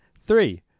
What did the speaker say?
three